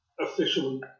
officially